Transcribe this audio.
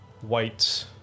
white